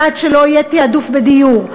ועד שלא יהיה תעדוף בדיור,